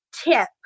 tip